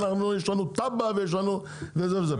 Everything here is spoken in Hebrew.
יש לנו תב"ע ויש לנו זה וזה,